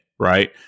right